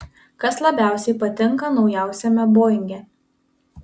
kas labiausiai patinka naujausiame boinge